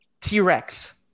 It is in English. T-Rex